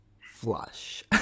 Flush